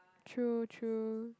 true true